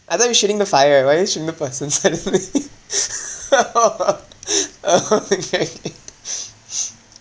I thought you shooting the fire why are you shooting the person suddenly oh okay